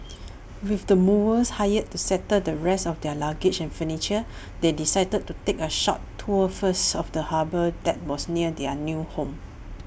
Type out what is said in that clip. with the movers hired to settle the rest of their luggage and furniture they decided to take A short tour first of the harbour that was near their new home